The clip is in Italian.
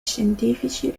scientifici